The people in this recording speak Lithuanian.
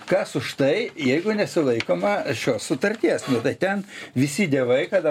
kas už tai jeigu nesilaikoma šios sutarties tai ten visi dievai kada